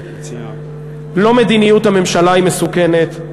לא מדיניות הממשלה היא מסוכנת,